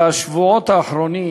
בשבועות האחרונים